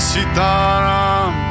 Sitaram